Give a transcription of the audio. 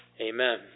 amen